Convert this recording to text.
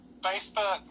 Facebook